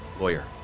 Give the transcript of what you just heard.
lawyer